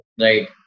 right